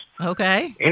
Okay